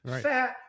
Fat